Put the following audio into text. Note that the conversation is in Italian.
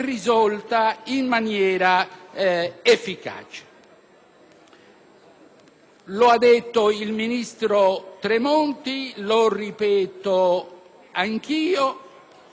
Lo ha detto il ministro Tremonti, lo ripeto anch'io. Siamo di fronte ad una legge ordinaria,